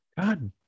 God